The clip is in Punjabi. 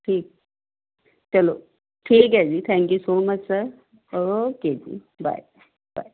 ਠੀਕ ਚਲੋ ਠੀਕ ਹੈ ਜੀ thank you so much sir okay ਜੀ ਬਾਏ ਬਾਏ